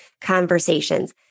conversations